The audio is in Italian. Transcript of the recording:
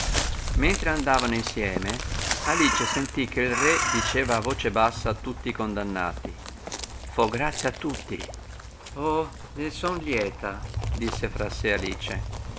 mentre andavano insieme alice sentì che il re diceva a voce bassa a tutt'i condannati fo grazia a tutti oh ne son lieta disse fra sè alice